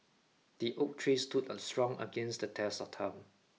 the oak tree stood a strong against the test of time